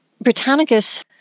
Britannicus